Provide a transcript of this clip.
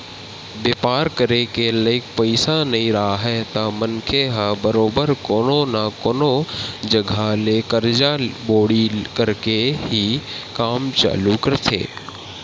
बेपार करे के लइक पइसा नइ राहय त मनखे ह बरोबर कोनो न कोनो जघा ले करजा बोड़ी करके ही काम चालू करथे